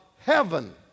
heaven